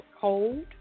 cold